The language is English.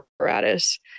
apparatus